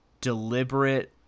deliberate